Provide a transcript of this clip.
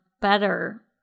better